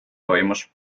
toimus